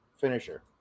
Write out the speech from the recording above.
finisher